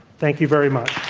thank you very much.